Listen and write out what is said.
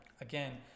again